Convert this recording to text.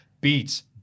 beats